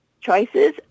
choices